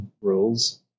rules